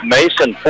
Mason